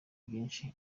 byinshi